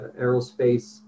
aerospace